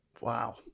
Wow